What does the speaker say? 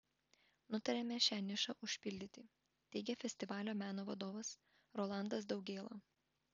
nutarėme šią nišą užpildyti teigė festivalio meno vadovas rolandas daugėla